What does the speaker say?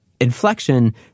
inflection